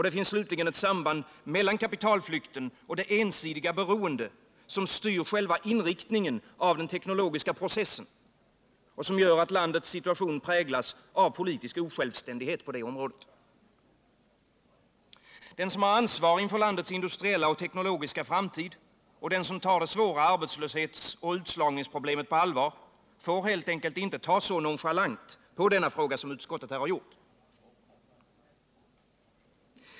Det finns slutligen ett samband mellan kapitalflykten och det ensidiga beroende som styr själva inriktningen av den teknologiska processen och som gör att landets situation präglas av politisk osjälvständighet på det området. Den som har ansvar inför landets industriella och teknologiska framtid, och den som tar det svåra arbetslöshetsoch utslagningsproblemet på allvar, får helt enkelt inte se så nonchalant på denna fråga som utskottet här har gjort.